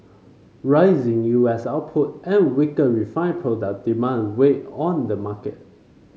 rising U S output and weaker refined product demand weighed on the market